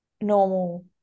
normal